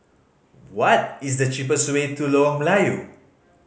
what is the cheapest way to Lorong Melayu